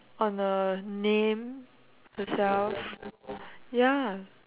on her name herself ya